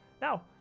now